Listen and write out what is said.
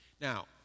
Now